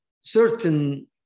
certain